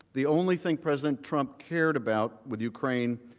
the only thing president trump cared about with ukraine,